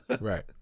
right